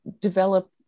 develop